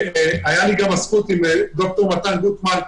הייתה לי גם הזכות להכיר את ד"ר מתן גוטמן,